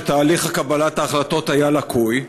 שתהליך קבלת ההחלטות היה לקוי,